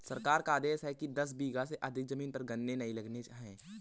सरकार का आदेश है कि दस बीघा से अधिक जमीन पर गन्ने नही लगाने हैं